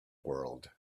world